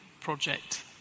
project